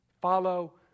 Follow